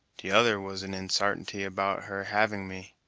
t'other was an insartainty about her having me.